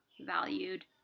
valued